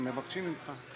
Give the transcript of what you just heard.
מבקשים ממך.